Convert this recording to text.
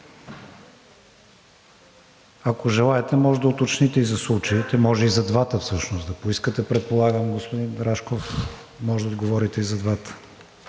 Ако желаете, може да уточните и за случаите – може и за двата всъщност да поискате. Предполагам, господин Рашков, можете да отговорите и за двата.